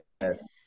yes